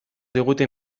digute